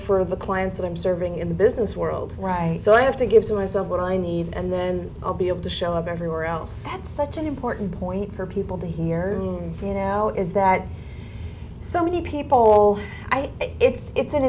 for the clients that i'm serving in the business world right so i have to give to myself what i need and then i'll be able to show up everywhere else that's such an important point for people to hear from you now is that so many people all i think it's